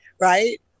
right